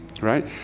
right